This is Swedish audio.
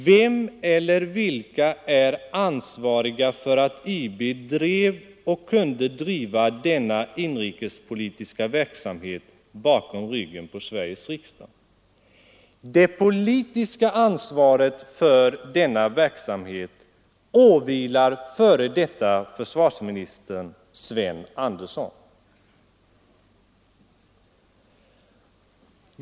Vem eller vilka är ansvariga för att IB drev och kunde driva denna inrikespolitiska verksamhet bakom ryggen på Sveriges riksdag? Det politiska ansvaret för denna verksamhet åvilar f. d. försvarsministern Sven Andersson.